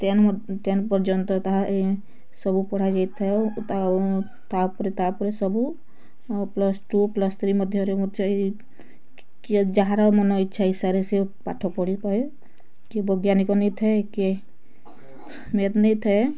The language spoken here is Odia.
ଟେନ୍ ଟେନ୍ ପର୍ଯ୍ୟନ୍ତ ତାହା ଏଁ ସବୁ ପଢ଼ାଯାଇଥାଏ ଓ ତା'ପରେ ତା'ପରେ ସବୁ ପ୍ଲସ୍ ଟୁ ପ୍ଲସ୍ ଥ୍ରୀ ମଧ୍ୟରେ ମୁଁ ଯାଇ କିଏ ଯାହାର ମନଇଚ୍ଛାରେ ସିଏ ପାଠ ପଢ଼ିପାରିବେ କିଏ ବୈଜ୍ଞାନିକ ନେଇଥାଏ କିଏ ମ୍ୟାଥ୍ ନେଇଥାଏ